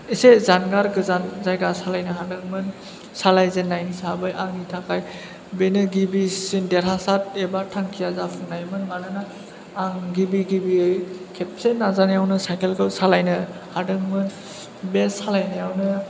एसे जानगार गोजान जायगा सालायनो हादोंमोन सालायजेन्नाय हिसाबै आंनि थाखाय बेनो गिबिसिन देरहासार एबा थांखिया जाफुंनायमोन मानोना आं गिबि गिबियै खेबसे नाजानायावनो साइकेल खौ सालायनो हादोंमोन बे सालायनायावनो